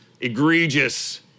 egregious